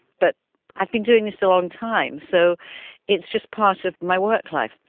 but i've been doing this a long time, so it's just part of my work life,